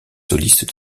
solistes